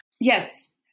Yes